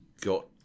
got